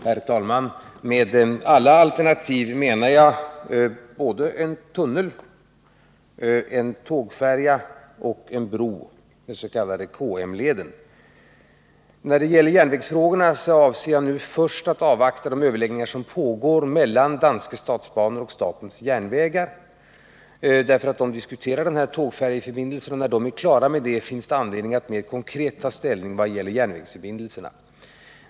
Herr talman! Med alla alternativ menar jag såväl en tunnel som en tågfärja och en bro — den s.k. KM-leden. När det gäller järnvägsfrågorna avser jag nu att först avvakta de överläggningar som pågår mellan Danske Statsbaner och statens järnvägar. De diskuterar tågfärjeförbindelsen, och när de är klara med detta finns det anledning att mer konkret ta ställning till järnvägsförbindelserna.